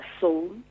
soul